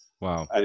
Wow